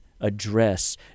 address